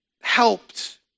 helped